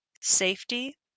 safety